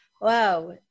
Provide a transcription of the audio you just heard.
Wow